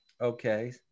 Okay